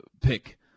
pick